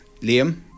Liam